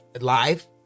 live